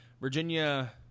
Virginia